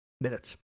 Minutes